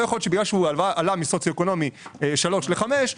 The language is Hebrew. לא יכול להיות שבגלל שהוא עלה ממדד סוציו-אקונומי 3 ל-5,